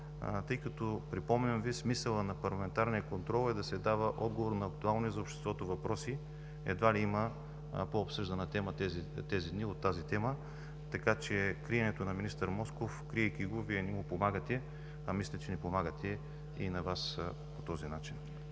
тъй като, припомням Ви, смисълът на парламентарния контрол е да се дава отговор на актуални за обществото въпроси. Едва ли има по обсъждана тема тези дни от тази тема, така че криенето на министър Москов, криейки го, Вие не му помагате, мисля, че не помагате и на Вас по този начин.